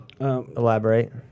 Elaborate